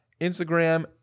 Instagram